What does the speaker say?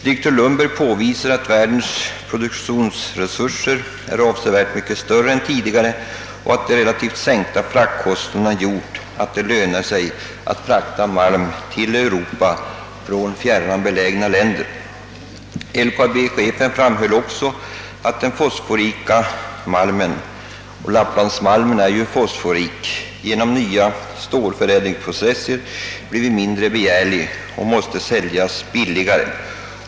Direktör Lundberg påvisade att världens produktionsresurser nu är avsevärt större än tidigare och att de relativt sänkta fraktkostnaderna gjorde att det lönade sig att frakta malm till Europa från fjärran belägna länder. LKAB-chefen framhöll också att den fosforrika malmen — lapplandsmalmen är ju fosforrik — genom nya stålförädlingsprocesser blir mindre begärlig och måste säljas billigare.